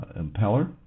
impeller